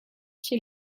chez